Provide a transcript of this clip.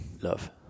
Love